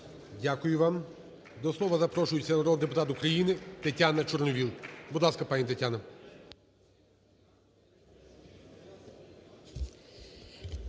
Дякую вам. До слова запрошується народний депутат України ТетянаЧорновол. Будь ласка, пані Тетяна.